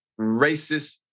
racist